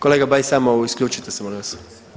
Kolega BAjs samo isključite se molim vas.